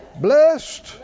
Blessed